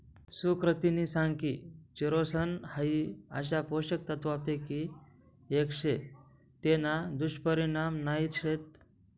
सुकृतिनी सांग की चिरोसन हाई अशा पोषक तत्वांपैकी एक शे तेना दुष्परिणाम नाही शेत